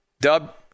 Dub